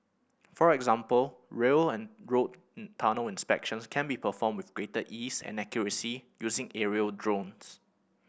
for example rail and road tunnel inspections can be performed with greater ease and accuracy using aerial drones